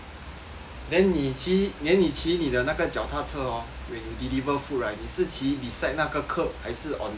then 你骑 then 你骑你的那个脚踏车 hor 你 deliver food right 你是骑 beside 那个 curb 还是 on the 那个